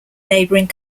neighboring